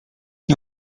nie